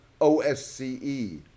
OSCE